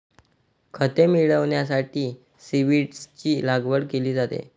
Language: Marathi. खते मिळविण्यासाठी सीव्हीड्सची लागवड केली जाते